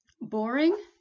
boring